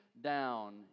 down